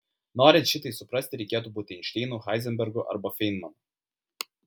norint šitai suprasti reikėtų būti einšteinu heizenbergu arba feinmanu